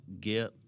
get